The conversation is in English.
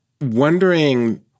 wondering